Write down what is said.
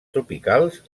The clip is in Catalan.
tropicals